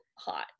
hot